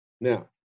Now